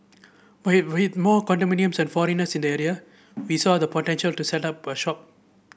with more condominiums and foreigners in the area we saw the potential to set up shop